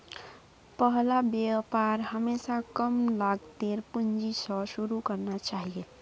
पहला व्यापार हमेशा कम लागतेर पूंजी स शुरू करना चाहिए